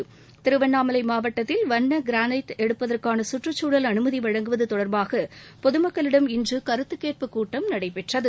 விறயகுமார் திருவண்ணாமலை மாவட்டத்தில் வண்ண கிரானைட் எடுப்பதற்கான சுற்றுச்சூழல் அனுமதி வழங்குவது தொடர்பாக பொது மக்களிடம் இன்று கருத்துக்கேட்பு கூட்டம் நடைபெற்றது